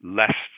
less